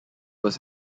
was